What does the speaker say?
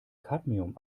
cadmium